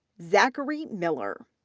zachary miller,